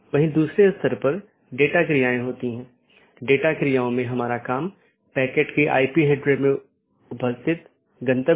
तो इस ईजीपी या बाहरी गेटवे प्रोटोकॉल के लिए लोकप्रिय प्रोटोकॉल सीमा गेटवे प्रोटोकॉल या BGP है